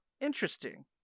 Interesting